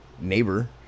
neighbor